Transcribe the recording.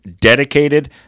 dedicated